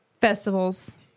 festivals